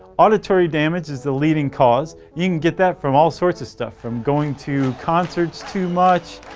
auditory damage is the leading cause. you can get that from all sorts of stuff, from going to concerts too much,